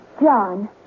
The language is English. John